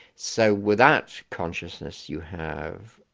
so without consciousness you have